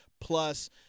plus